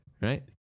right